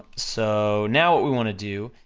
so, now what we wanna do,